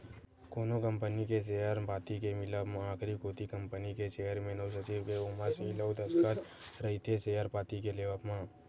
कोनो कंपनी के सेयर पाती के मिलब म आखरी कोती कंपनी के चेयरमेन अउ सचिव के ओमा सील अउ दस्कत रहिथे सेयर पाती के लेवब म